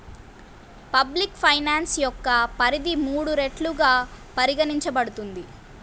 public finance యొక్క పరిధి మూడు రెట్లుగా పరిగణించబడుతుంది